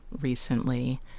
recently